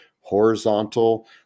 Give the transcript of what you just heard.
horizontal